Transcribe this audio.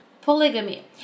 polygamy